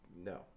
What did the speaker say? No